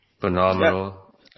phenomenal